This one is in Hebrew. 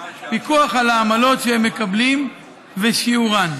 פיקוח על העמלות שהם מקבלים ושיעורן.